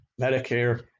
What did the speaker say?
Medicare